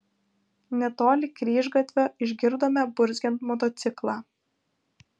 netoli kryžgatvio išgirdome burzgiant motociklą